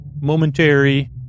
momentary